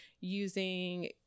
using